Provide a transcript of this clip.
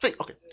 Okay